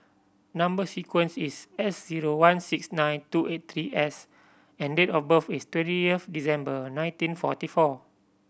number sequence is S zero one six nine two eight three S and date of birth is twentieth December nineteen forty four